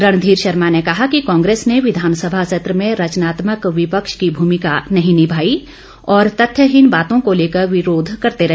रणधीर शर्मा ने कहा कि कांग्रेस ने विधानसभा सत्र में रचनात्मक विपक्ष की भुमिका नहीं निभाई और तथ्यहीन बातों को लेकर विरोध करते रहे